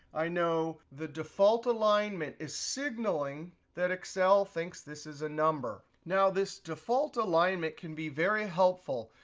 i know the default alignment is signaling that excel thinks this is a number. now, this default alignment can be very helpful.